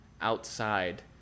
outside